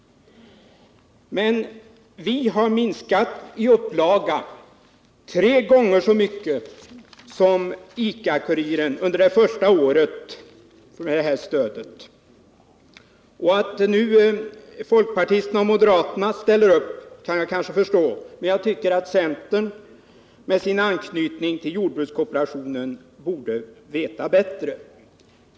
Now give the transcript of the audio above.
Men under det första året med det här stödet har Vi:s upplaga minskat tre gånger så mycket som ICA Kurirens! Att folkpartisterna och moderaterna ställer upp kan jag kanske förstå, men jag tycker att centern med sin anknytning till jordbrukskooperationen borde veta bättre.